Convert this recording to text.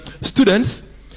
students